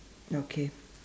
okay